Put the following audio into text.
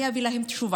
אני אביא להם תשובה.